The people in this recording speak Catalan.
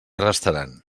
restaran